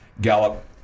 Gallup